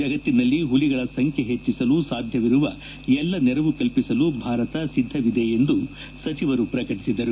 ಜಗತ್ತಿನಲ್ಲಿ ಹುಲಿಗಳ ಸಂಖ್ಣೆ ಹೆಚ್ಚಿಸಲು ಸಾಧ್ಯವಿರುವ ಎಲ್ಲಾ ನೆರವು ಕಲ್ಪಿಸಲು ಭಾರತ ಸಿದ್ದವಿದೆ ಎಂದು ಸಚಿವರು ಪ್ರಕಟಿಸಿದರು